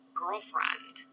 girlfriend